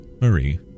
Marie